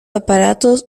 aparatos